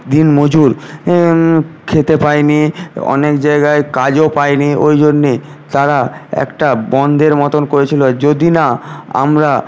দিনমজুর খেতে পায়নি অনেক জায়গায় কাজও পায়নি ওইজন্যে তারা একটা বনধের মতন করেছিল যদি না আমরা